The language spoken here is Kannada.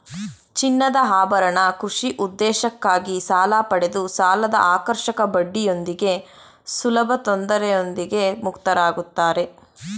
ಚಿನ್ನದಆಭರಣ ಕೃಷಿ ಉದ್ದೇಶಕ್ಕಾಗಿ ಸಾಲಪಡೆದು ಸಾಲದಆಕರ್ಷಕ ಬಡ್ಡಿಯೊಂದಿಗೆ ಸುಲಭತೊಂದರೆಯೊಂದಿಗೆ ಮುಕ್ತರಾಗುತ್ತಾರೆ